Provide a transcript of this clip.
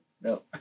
no